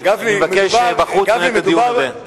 אני מבקש לנהל בחוץ את הדיון הזה.